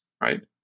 right